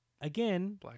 again